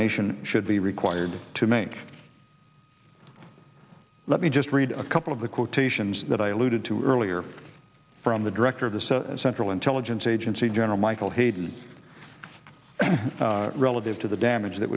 nation should be required to make let me just read a couple of the quotations that i alluded to earlier from the director of the central intelligence agency general michael hayden relative to the damage that